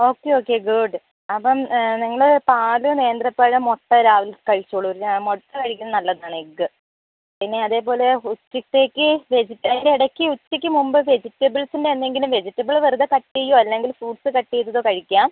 okay okay good അപ്പം നിങ്ങള് പാല് നേന്ത്രപ്പഴം മുട്ട രാവിലെ കഴിച്ചോളൂ പിന്നെ മുട്ട കഴിക്കുന്നത് നല്ലത് ആണ് എഗ്ഗ് പിന്ന അതേപോലെ ഉച്ചത്തേയ്ക്ക് വെജ് അയി അതിൻ്റ എടയ്ക്ക് ഉച്ചയ്ക്ക് മുമ്പ് വെജിറ്റബിൾസിൻ്റ എന്തെങ്കിലും വെജിറ്റബിള് വെറുതെ കട്ട് ചെയ്യോ അല്ലെങ്കില് ഫ്രൂട്ട്സ് കട്ട് ചെയ്തതോ കഴിക്കാം